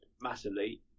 massively